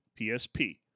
PSP